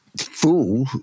fool